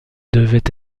devait